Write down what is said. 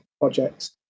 projects